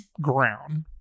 ground